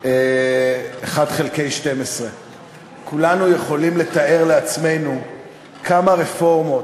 1 חלקי 12. כולנו יכולים לתאר לעצמנו כמה רפורמות,